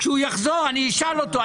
כשהוא יחזור אני אשאל אותו,